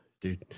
dude